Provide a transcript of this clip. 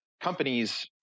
companies